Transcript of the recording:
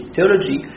Theology